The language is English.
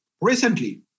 recently